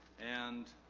and